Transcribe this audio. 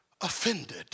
offended